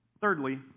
Thirdly